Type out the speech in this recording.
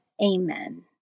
Amen